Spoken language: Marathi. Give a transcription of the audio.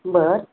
बरं